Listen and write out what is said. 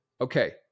okay